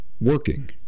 working